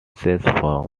tristram